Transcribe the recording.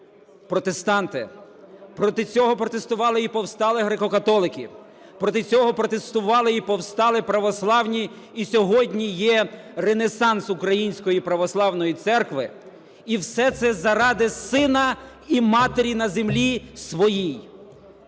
протестанти. Проти цього протестували і повстали греко-католики, проти цього протестували і повстали православні, і сьогодні є ренесанс Української Православної Церкви, і все це заради сина і матері на землі своїй.